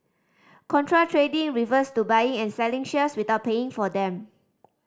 contra trading refers to buying and selling shares without paying for them